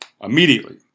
immediately